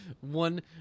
One